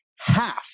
half